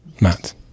Matt